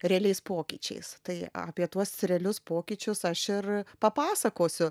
realiais pokyčiais tai apie tuos realius pokyčius aš ir papasakosiu